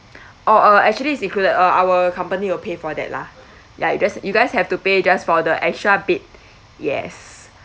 orh uh actually it's included uh our company will pay for that lah ya you just you guys have to pay just for the extra bit yes